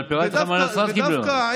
אבל פירטתי לך מה נצרת קיבלה.